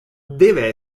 deve